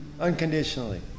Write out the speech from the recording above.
unconditionally